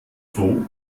froh